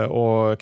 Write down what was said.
och